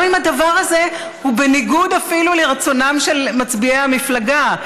אם הדבר הזה הוא בניגוד אפילו לרצונם של מצביעי המפלגה.